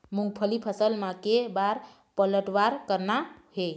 मूंगफली फसल म के बार पलटवार करना हे?